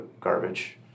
garbage